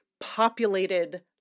populated